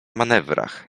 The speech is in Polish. manewrach